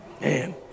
Man